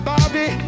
Bobby